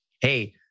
hey